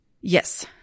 Yes